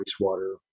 wastewater